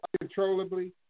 uncontrollably